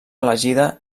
elegida